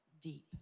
deep